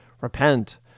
Repent